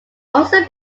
also